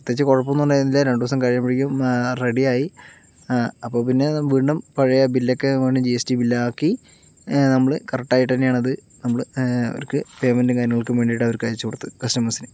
പ്രത്യേകിച്ച് കുഴപ്പമൊന്നും ഉണ്ടായിരുന്നില്ല രണ്ടുദിവസം കഴിയുമ്പോഴേക്കും റെഡിയായി അപ്പോൾ പിന്നെ വീണ്ടും പഴയ ബില്ലൊക്കെ വീണ്ടും ജി എസ് റ്റി ബിൽ ആക്കി നമ്മൾ കറക്റ്റായിട്ട് തന്നെയാണത് നമ്മൾ അവർക്ക് പെയ്മെന്റും കാര്യങ്ങൾക്കൊക്കെ വേണ്ടിയിട്ട് അവർക്ക് അയച്ചുകൊടുത്തത് കസ്റ്റമേഴ്സിന്